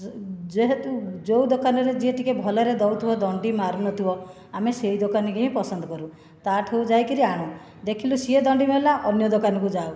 ଯେ ଯେହେତୁ ଯେଉଁ ଦୋକାନରୁ ଯିଏ ଟିକେ ଭଲରେ ଦେଉଥିବ ଦଣ୍ଡି ମାରୁନଥିବ ଆମେ ସେହି ଦୋକାନିକୁ ହିଁ ପସନ୍ଦ କରୁ ତା'ଠାରୁ ଯାଇକରି ଆଣୁ ଦେଖିଲୁ ସିଏ ଦଣ୍ଡି ମାରିଲା ଅନ୍ୟ ଦୋକାନକୁ ଯାଉ